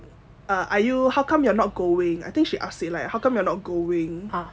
are you how come you're not going I think she ask like how come you're not going